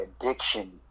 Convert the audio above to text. addiction